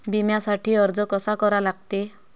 बिम्यासाठी अर्ज कसा करा लागते?